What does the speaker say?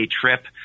trip